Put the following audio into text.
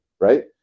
Right